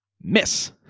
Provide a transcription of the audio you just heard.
Miss